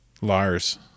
Lars